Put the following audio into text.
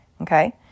okay